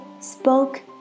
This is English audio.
spoke